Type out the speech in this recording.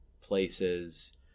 places